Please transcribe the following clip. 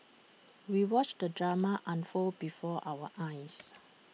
we watched the drama unfold before our eyes